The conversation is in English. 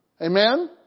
Amen